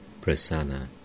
Prasanna